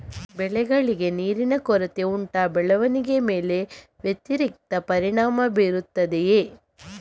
ಬೆಳೆಗಳಿಗೆ ನೀರಿನ ಕೊರತೆ ಉಂಟಾ ಬೆಳವಣಿಗೆಯ ಮೇಲೆ ವ್ಯತಿರಿಕ್ತ ಪರಿಣಾಮಬೀರುತ್ತದೆಯೇ?